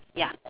ya